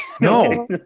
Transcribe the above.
no